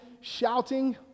shouting